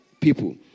people